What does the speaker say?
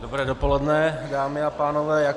Dobré dopoledne, dámy a pánové.